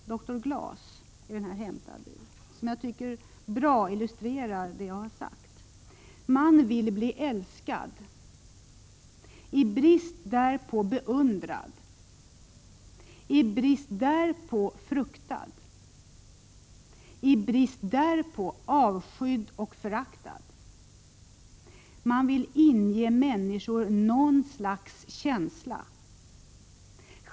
Den är hämtad ur Doktor Glas. ”Man vill bli älskad, i brist därpå beundrad, i brist därpå avskydd och föraktad. Man vill ingiva människorna någon slags känsla.